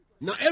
Now